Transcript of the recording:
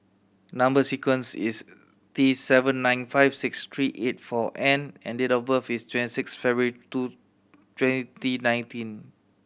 number sequence is T seven nine five six three eight four N and date of birth is twenty six February two twenty nineteen